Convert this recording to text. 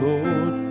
Lord